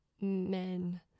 men